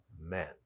men